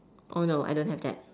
oh no I don't have that